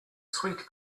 sweet